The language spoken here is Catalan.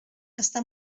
està